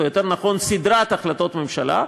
או יותר נכון סדרת החלטות ממשלה,